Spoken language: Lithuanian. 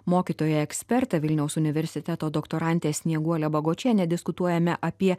mokytoja eksperte vilniaus universiteto doktorante snieguole bagočiene diskutuojame apie